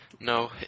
No